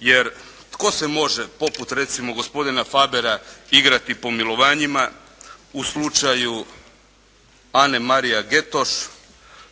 Jer, tko se može poput recimo gospodina Fabera igrati pomilovanjima u slučaju Ane Marija Getoš,